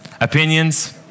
Opinions